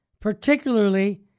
particularly